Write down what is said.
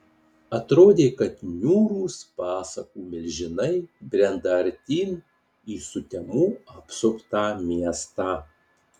atrodė kad niūrūs pasakų milžinai brenda artyn į sutemų apsuptą miestą